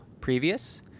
previous